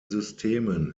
systemen